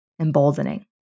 emboldening